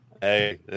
Hey